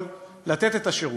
והוא לא יכול לתת את השירות.